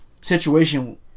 situation